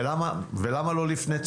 ולמה לא לפני צמיגים?